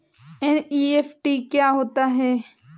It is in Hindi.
एन.ई.एफ.टी क्या होता है?